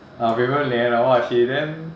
ah premium lian ah !wah! she damn